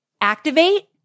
activate